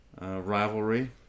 Rivalry